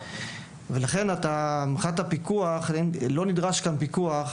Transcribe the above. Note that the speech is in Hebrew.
לכן לא נדרש כאן פיקוח.